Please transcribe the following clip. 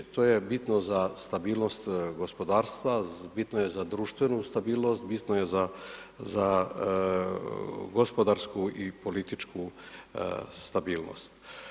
To je bitno za stabilnost gospodarstva, bitno je za društvenu stabilnost, bitno je za gospodarsku i političku stabilnost.